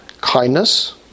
kindness